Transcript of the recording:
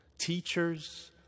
teachers